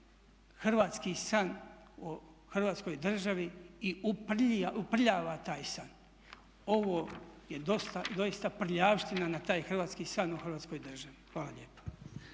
hrvatski san o Hrvatskoj državi i uprljava taj san. Ovo je doista prljavština na taj hrvatski san o Hrvatskoj državi. Hvala lijepa.